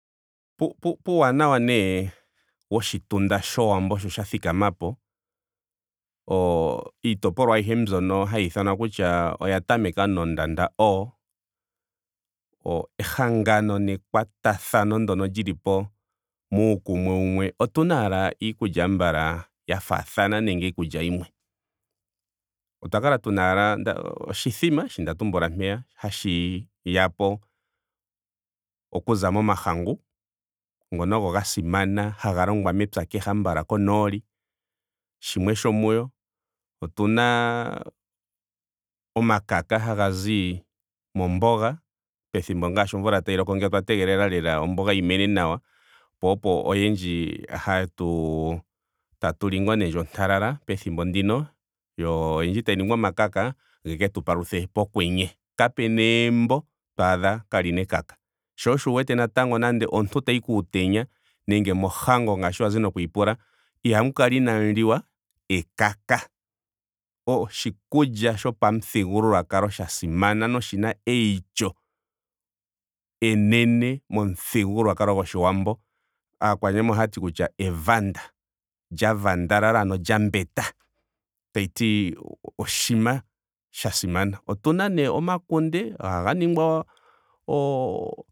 Pu- puuwanawa nee woshitunda showambo sho sha thikamapo oo- iitopolwa ayihe mbyono hayiithanwa kutya oya tameka nondanda o. o- ehangano nekwatathano ndono lilipo muukumwe wumwe otuna ashike hambala iikulya ya faathana nenge iikulya yimwe. Otwa kala tuna ashike oshithima shi nda tumbula mpeya. hashi yapo okuza momahangu. ngono ogo ga simana haga longwa mepya kehe hambala konooli. shimwe shomuyo. Otuna omakaka hagazi momboga. pethimbo ngaashi omvula tayi loko ngeya otwa tegelela lela omboga yi mene nawa. Po opo oyendji hatu. tatu li ngaa nee ndji ontalala pethimbo ndino. yo oyindji tayi ningwa omakaka geke tu paluthe pokwenye. Kapena egumbo yo adha kaalina ekaka. Sho osho wu wete natango nando omuntu tayi kuutenya nenge mohango ngaashi wazi nokuyi pula. ihamu kala inaamu liwa ekaka. O- oshikulya shopamuthigululwakalo sha simana noshina eityo enene momuthigululwakalo goshiwambo. Aakwanyama ohaati evanda. ya vandalala. ano lya mbeta. Tashiti oshinima sha simana. Otuna nee omakunde. ohaga ningwa oo